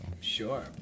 Sure